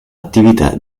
attività